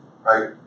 right